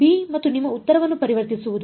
B ಮತ್ತು ನಿಮ್ಮ ಉತ್ತರವನ್ನು ಪರಿವರ್ತಿಸುವುದು